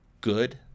good